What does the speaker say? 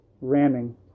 ramming